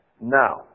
Now